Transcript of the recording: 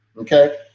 okay